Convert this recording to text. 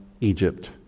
Egypt